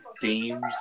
themes